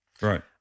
Right